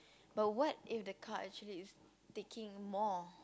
but what if the car actually is taking more